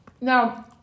now